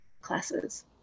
classes